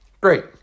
Great